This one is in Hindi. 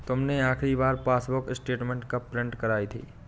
तुमने आखिरी बार पासबुक स्टेटमेंट कब प्रिन्ट करवाई थी?